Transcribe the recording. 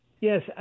Yes